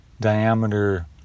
diameter